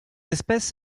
espèce